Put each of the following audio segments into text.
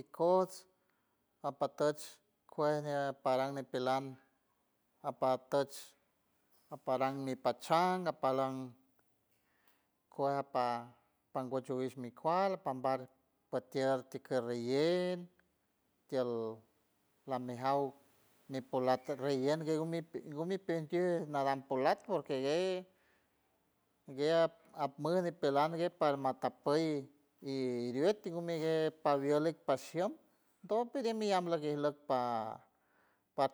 Ikods apatuch cueñie paran nipelam apatuch aparam mi pachanga, aparam cuej apa panguechiueld mi cuald pambar tikier chile relleno tield lamejaur mipolat te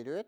rellen